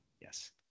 Yes